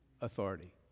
authority